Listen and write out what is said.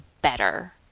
better